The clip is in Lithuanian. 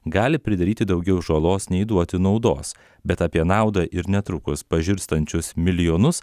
gali pridaryti daugiau žalos nei duoti naudos bet apie naudą ir netrukus pažirstančius milijonus